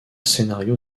scénario